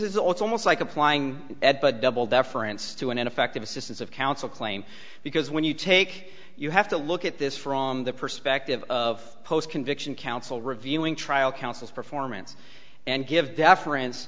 is all it's almost like applying that but double deference to an ineffective assistance of counsel claim because when you take you have to look at this from the perspective of post conviction counsel reviewing trial counsel's performance and give deference